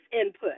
input